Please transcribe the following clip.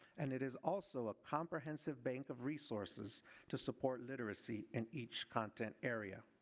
and it is also a comprehensive bank of resources to support literacy in each content area.